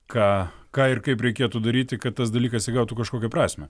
ką ką ir kaip reikėtų daryti kad tas dalykas įgautų kažkokią prasmę